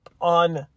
on